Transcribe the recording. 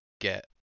get